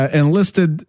enlisted